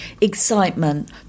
excitement